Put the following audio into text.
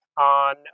on